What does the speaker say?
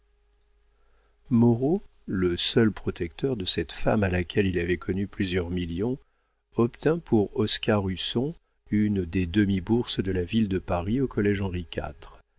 moreau le seul protecteur de cette femme à laquelle il avait connu plusieurs millions obtint pour oscar husson une des demi bourses de la ville de paris au collége